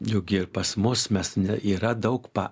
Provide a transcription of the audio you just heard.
juk ir pas mus mes ne yra daug pa